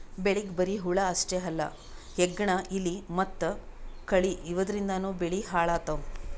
ಬೆಳಿಗ್ ಬರಿ ಹುಳ ಅಷ್ಟೇ ಅಲ್ಲ ಹೆಗ್ಗಣ, ಇಲಿ ಮತ್ತ್ ಕಳಿ ಇವದ್ರಿಂದನೂ ಬೆಳಿ ಹಾಳ್ ಆತವ್